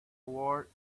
word